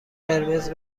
قرمز